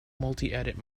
multiedit